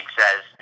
says